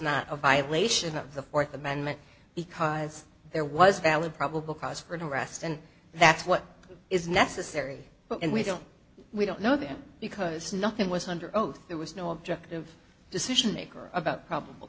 not a violation of the fourth amendment because there was a valid probable cause for an arrest and that's what is necessary but when we don't we don't know them because nothing was under oath there was no objective decision maker about probable